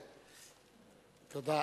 תודה.